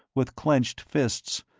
with clenched fists,